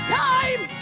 time